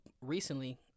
recently